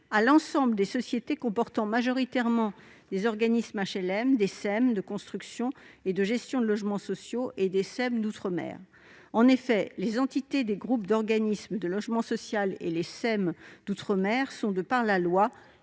à l'ensemble des sociétés comportant majoritairement des organismes HLM, des sociétés d'économie mixte (SEM) de construction et de gestion de logements sociaux et des SEM d'outre-mer. En effet, les entités des groupes d'organismes de logement social et les SEM d'outre-mer sont, en vertu de la loi,